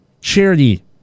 Charity